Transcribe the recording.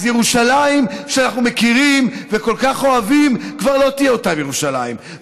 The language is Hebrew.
אז ירושלים שאנחנו מכירים וכל כך אוהבים כבר לא תהיה אותה ירושלים.